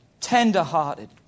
tender-hearted